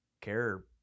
care